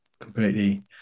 completely